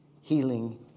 healing